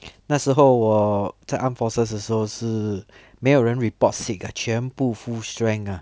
那时候我在 armed forces 的时候是没有人 report sick ah 全部 full strength ah